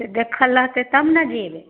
देखल रहतै तब ने जयबै